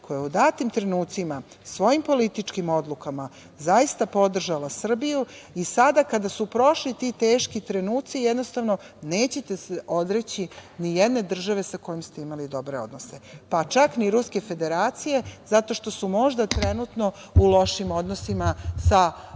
koja je u datim trenucima svojim političkim odlukama zaista podržala Srbiju i sada kada su prošli ti teški trenuci jednostavno nećete se odreći nijedne države sa kojom ste imali dobre odnose, pa čak ni Ruske Federacije zato što su možda trenutno u lošim odnosima sa